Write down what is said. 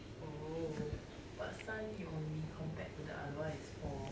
oh but 三粒 you only compared to the other one is four